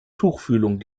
tuchfühlung